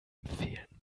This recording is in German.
empfehlen